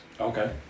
okay